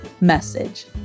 message